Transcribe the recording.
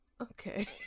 Okay